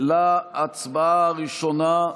להצבעה הראשונה,